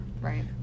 right